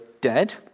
dead